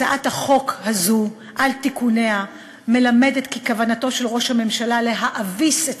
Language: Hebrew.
הצעת החוק הזאת על תיקוניה מלמדת כי כוונתו של ראש הממשלה להאביס את